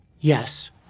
Yes